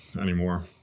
anymore